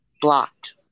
blocked